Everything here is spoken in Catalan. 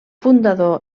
fundador